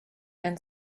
and